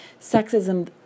sexism